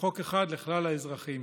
וחוק אחד לכלל האזרחים,